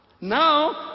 Now